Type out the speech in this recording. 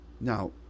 Now